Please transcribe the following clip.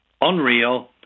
unreal